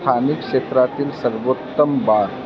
स्थानिक क्षेत्रातील सर्वोत्तम बार